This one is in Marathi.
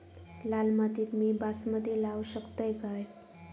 लाल मातीत मी बासमती लावू शकतय काय?